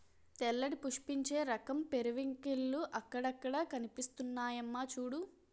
తెల్లటి పుష్పించే రకం పెరివింకిల్లు అక్కడక్కడా కనిపిస్తున్నాయమ్మా చూడూ